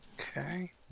Okay